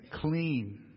clean